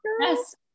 Yes